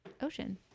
ocean